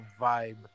vibe